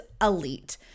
elite